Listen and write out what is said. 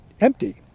empty